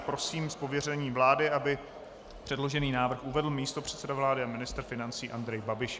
Prosím, aby z pověření vlády předložený návrh uvedl místopředseda vlády a ministr financí Andrej Babiš.